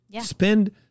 Spend